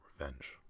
revenge